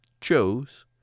chose